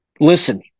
Listen